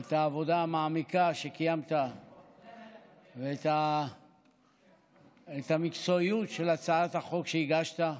את העבודה המעמיקה שקיימת ואת המקצועיות של הצעת החוק שהגשת.